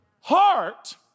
heart